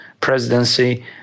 presidency